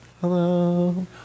Hello